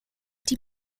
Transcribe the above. die